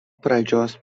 pradžios